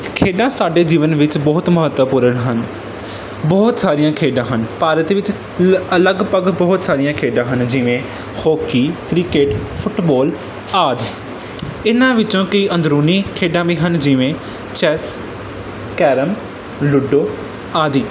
ਖੇਡਾਂ ਸਾਡੇ ਜੀਵਨ ਵਿੱਚ ਬਹੁਤ ਮਹੱਤਵਪੂਰਨ ਹਨ ਬਹੁਤ ਸਾਰੀਆਂ ਖੇਡਾਂ ਹਨ ਭਾਰਤ ਵਿੱਚ ਲ ਲਗਭਗ ਬਹੁਤ ਸਾਰੀਆਂ ਖੇਡਾਂ ਹਨ ਜਿਵੇਂ ਹੋਕੀ ਕ੍ਰਿਕੇਟ ਫੁੱਟਬਾਲ ਆਦਿ ਇਹਨਾਂ ਵਿੱਚੋਂ ਕਈ ਅੰਦਰੂਨੀ ਖੇਡਾਂ ਵੀ ਹਨ ਜਿਵੇਂ ਚੈੱਸ ਕੈਰਮ ਲੁੱਡੋ ਆਦਿ